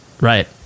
right